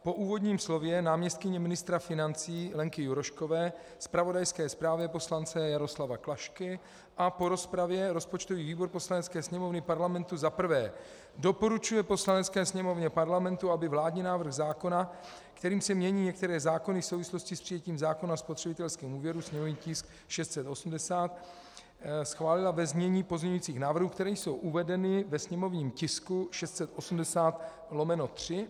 Po úvodním slově náměstkyně ministra financí Lenky Juroškové, zpravodajské zprávě poslance Jaroslava Klašky a po rozpravě rozpočtový výbor Poslanecké sněmovny Parlamentu za prvé doporučuje Poslanecké sněmovně Parlamentu, aby vládní návrh zákona, kterým se mění některé zákony v souvislosti s přijetím zákona o spotřebitelském úvěru, sněmovní tisk 680, schválila ve znění pozměňujících návrhů, které jsou uvedeny ve sněmovní tisku 680/3.